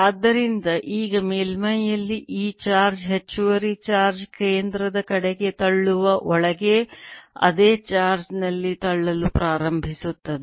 ಆದ್ದರಿಂದ ಈಗ ಮೇಲ್ಮೈಯಲ್ಲಿ ಈ ಚಾರ್ಜ್ ಹೆಚ್ಚುವರಿ ಚಾರ್ಜ್ ಕೇಂದ್ರದ ಕಡೆಗೆ ತಳ್ಳುವ ಒಳಗೆ ಅದೇ ಚಾರ್ಜ್ ನಲ್ಲಿ ತಳ್ಳಲು ಪ್ರಾರಂಭಿಸುತ್ತದೆ